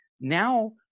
now